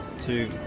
two